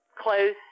close